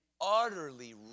utterly